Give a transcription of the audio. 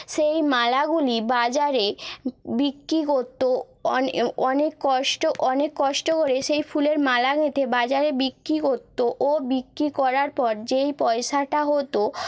সেই মালাগুলি বাজারে বিক্রি করত অনেক কষ্ট অনেক কষ্ট করে সেই ফুলের মালা গেঁথে বাজারে বিক্রি করত ও বিক্রি করার পর যেই পয়সাটা হতো